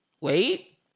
wait